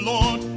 Lord